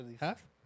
Half